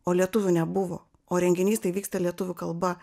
o lietuvių nebuvo o renginys tai vyksta lietuvių kalba